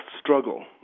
struggle